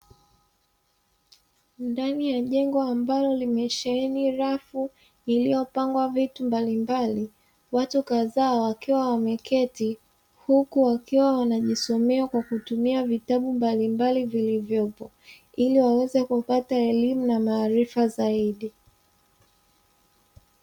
Ndani ya jengo ambalo limesheheni rafu iliyopangwa vitu mbalimbali; watu kadhaa wakiwa wameketi huku wakiwa wanajisomea kwa kutumia vitabu mbalimbali vilivyopo, ili waweze kupata elimu na maarifa zaidi.